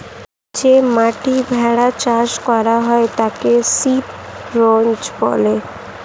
যে মাঠে ভেড়া চাষ করা হয় তাকে শিপ রাঞ্চ বলে